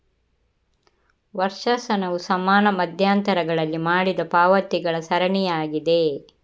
ವರ್ಷಾಶನವು ಸಮಾನ ಮಧ್ಯಂತರಗಳಲ್ಲಿ ಮಾಡಿದ ಪಾವತಿಗಳ ಸರಣಿಯಾಗಿದೆ